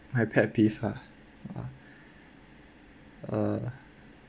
my pet peeves ah ah uh